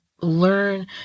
learn